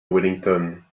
wellington